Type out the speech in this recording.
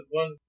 one